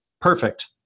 perfect